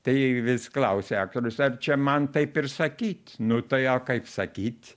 tai vis klausia aktorius ar čia man taip ir sakyt nu tai o kaip sakyt